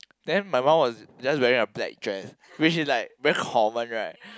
then my mum was just wearing a black dress which is like very common right